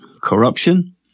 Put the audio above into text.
corruption